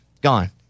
gone